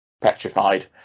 petrified